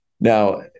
Now